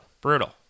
Brutal